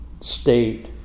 state